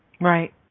Right